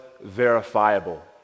verifiable